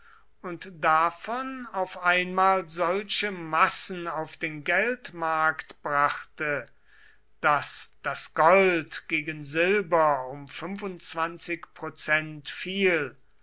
und davon auf einmal solche massen auf den geldmarkt brachte daß das gold gegen silber um prozent fiel